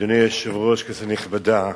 אדוני היושב-ראש, כנסת נכבדה,